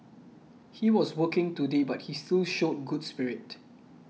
he was working today but he still showed good spirit